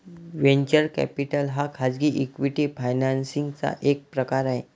venture capital हा खाजगी equity financing चा एक प्रकार आहे